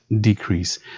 decrease